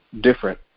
different